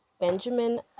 Benjamin